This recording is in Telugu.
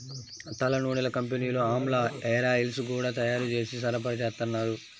తలనూనెల కంపెనీలు ఆమ్లా హేరాయిల్స్ గూడా తయ్యారు జేసి సరఫరాచేత్తన్నారు